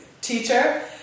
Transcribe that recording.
teacher